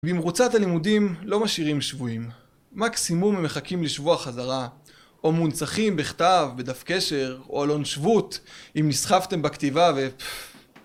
ועם מרוצת הלימודים, לא משאירים שבויים. מקסימום הם מחכים לשבוע החזרה. או מונצחים בכתב ודף קשר, או אלון שבות, אם נסחפתם בכתיבה ו...